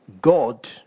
God